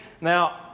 Now